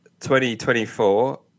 2024